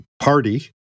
party